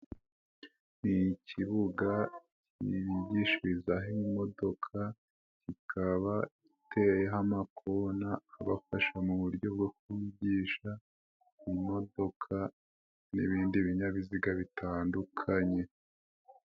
Ni ikibuga bigishirizaho imodoka ikaba iteyeho amakona abafasha mu buryo bwo kuvugisha imodoka n'ibindi binyabiziga bitandukanye.